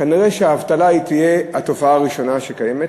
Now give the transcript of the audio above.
כנראה האבטלה תהיה התופעה הראשונה שתהיה קיימת,